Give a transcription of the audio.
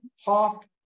half